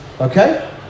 Okay